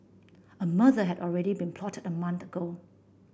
a murder had already been plotted a month ago